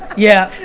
yeah.